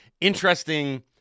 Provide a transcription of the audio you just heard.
interesting